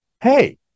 hey